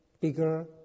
bigger